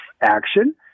action